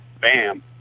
bam